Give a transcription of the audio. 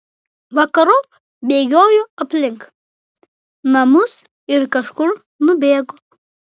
vakarop bėgiojo aplink namus ir kažkur nubėgo